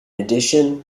addition